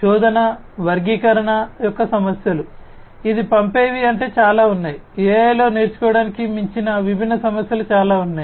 శోధన యొక్క సమస్యలు ఇది పంపేవి అంటే చాలా ఉన్నాయి AI లో నేర్చుకోవటానికి మించిన విభిన్న సమస్యలు చాలా ఉన్నాయి